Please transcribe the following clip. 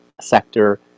sector